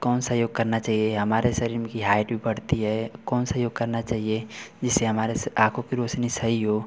कौन सा योग करना चाहिए हमारे शरीर की हाईट भी बढ़ती है कौन सा योग करना चाहिए जिससे हमारे आँखों की रौशनी सही हो